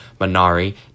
Minari